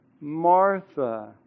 Martha